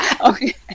Okay